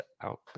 out